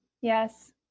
Yes